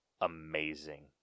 amazing